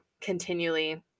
continually